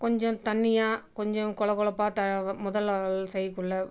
கொஞ்சம் தண்ணியாக கொஞ்சம் கொழ கொழப்பா த முதலில் செய்யக்குள்ள